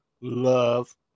love